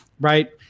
right